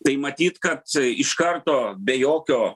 tai matyt kad iš karto be jokio